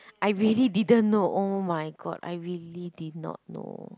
I really didn't know oh my god I really did not know